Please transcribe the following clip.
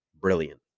brilliant